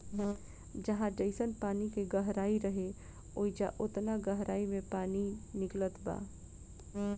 जहाँ जइसन पानी के गहराई रहे, ओइजा ओतना गहराई मे पानी निकलत बा